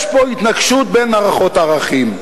יש פה התנגשות בין מערכות ערכים,